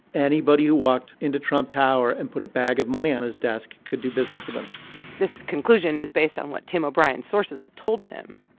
anybody who walked into trump tower and put a bag of money on his desk could do business with him this conclusion is based on what tim o'brien's sources have told him.